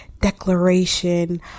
declaration